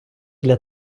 для